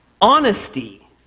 honesty